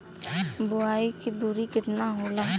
बुआई के दूरी केतना होला?